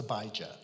Abijah